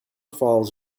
falls